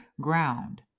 ground